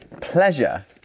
pleasure